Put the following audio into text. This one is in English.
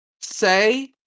Say